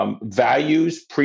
values